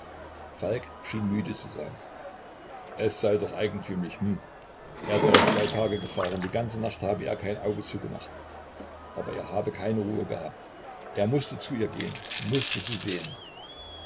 falk schien müde zu sein es sei doch eigentümlich hm er sei zwei tage gefahren die ganze nacht habe er kein auge zugemacht aber er habe keine ruhe gehabt er mußte zu ihr gehen mußte sie sehen